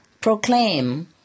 proclaim